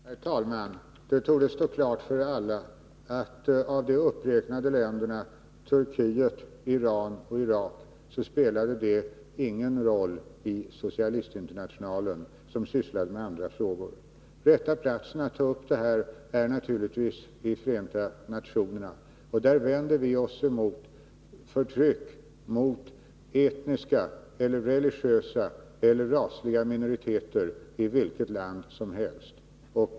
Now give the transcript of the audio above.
Herr talman! Det torde stå klart för alla att de uppräknade länderna, Turkiet, Iran och Irak, inte spelat någon roll i Socialistinternationalen, som sysslade med andra frågor. Den rätta platsen att ta upp dessa frågor är naturligtvis Förenta nationerna. Där vänder vi oss emot förtryck mot etniska, religiösa eller rasliga minoriteter i vilket land som helst.